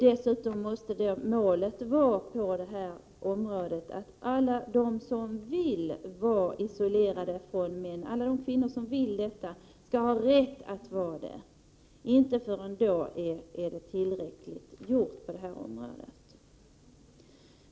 Dessutom måste ju målet på detta område vara att alla de kvinnor som vill vara isolerade från män skall ha rätt att vara det. Inte förrän då är tillräckligt gjort på det här området.